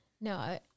No